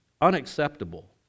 unacceptable